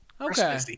Okay